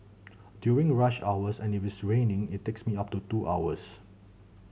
during rush hours and if it's raining it takes me up to two hours